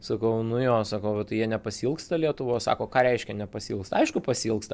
sakau nu jo sakau bet tai jie nepasiilgsta lietuvos sako ką reiškia nepasiilgsta aišku pasiilgsta